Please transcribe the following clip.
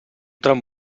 tram